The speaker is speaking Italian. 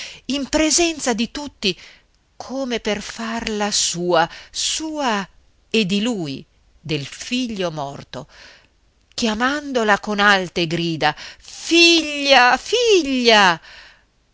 in presenza di tutti come per farla sua sua e di lui del figlio morto chiamandola con alte grida figlia figlia